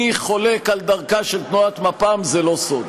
אני חולק על דרכה של תנועת מפ"ם, זה לא סוד,